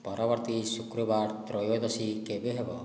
ପରବର୍ତ୍ତୀ ଶୁକ୍ରବାର ତ୍ରୟୋଦଶି କେବେ ହେବ